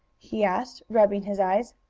he asked, rubbing his eyes.